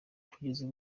kugeza